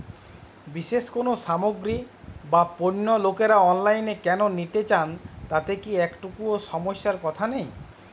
বিশেষ কোনো সামগ্রী বা পণ্য লোকেরা অনলাইনে কেন নিতে চান তাতে কি একটুও সমস্যার কথা নেই?